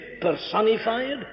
personified